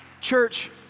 Church